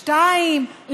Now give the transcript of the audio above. שתיים,